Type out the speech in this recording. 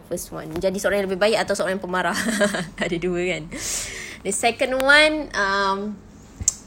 first one jadi seorang yang lebih baik atau seorang yang pemarah ada dua kan the second one um